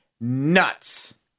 nuts